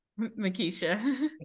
Makisha